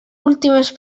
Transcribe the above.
últimes